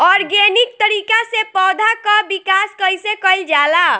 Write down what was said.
Organic तरीका से पौधा क विकास कइसे कईल जाला?